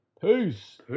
peace